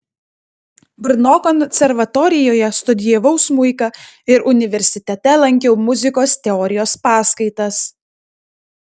brno konservatorijoje studijavau smuiką ir universitete lankiau muzikos teorijos paskaitas